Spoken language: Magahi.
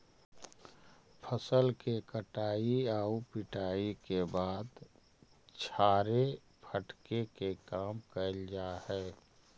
फसल के कटाई आउ पिटाई के बाद छाड़े फटके के काम कैल जा हइ